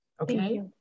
Okay